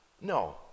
No